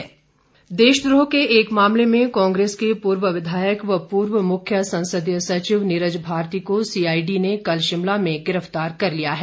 नीरज भारती देशद्रोह के एक मामले में कांग्रेस के पूर्व विधायक व पूर्व मुख्य संसदीय सचिव नीरज भारती को सीआईडी ने कल शिमला में गिरफ्तार कर लिया है